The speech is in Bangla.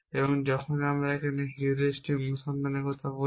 এবং যখন আমরা এখানে হিউরিস্টিক অনুসন্ধানের কথা বলি